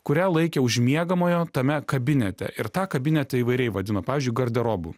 kurią laikė už miegamojo tame kabinete ir tą kabinetą įvairiai vadino pavyzdžiui garderobu